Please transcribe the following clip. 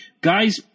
Guys